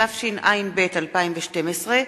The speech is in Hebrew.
התשע”ב 2012,